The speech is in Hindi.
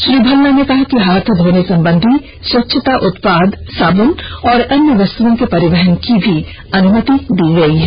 श्री भल्ला ने कहा कि हाथ धोने संबंधी स्वच्छता उत्पाद साबुन और अन्य वस्तुओं के परिवहन की भी अनुमति दी गई है